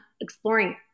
exploring